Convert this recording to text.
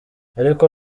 ariko